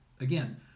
Again